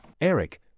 Eric